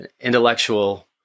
intellectual